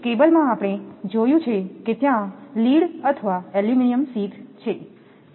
જેમકે કેબલમાં આપણે જોયું છે કે ત્યાં લીડ અથવા એલ્યુમિનિયમ શીથ છે